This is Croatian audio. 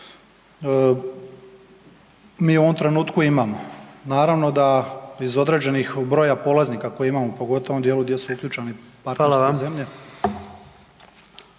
mi u ovom trenutku imamo. Naravno da iz određenih broja polaznika koje imamo pogotovo u ovom dijelu gdje su uključene i partnerske …/Upadica: Hvala vam./…